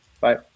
bye